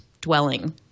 dwelling